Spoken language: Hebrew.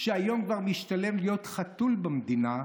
שהיום כבר משתלם להיות חתול במדינה,